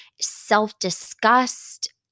self-disgust